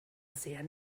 sehr